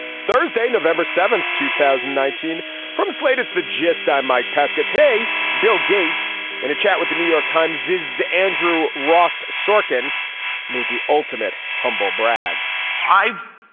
thursday november seventh two thousand and nineteen from slate's the gist i'm mike pesca. today bill gates in a chat with the new york times is andrew ross sorkin made the ultimate humble brag i've